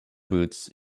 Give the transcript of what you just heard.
boots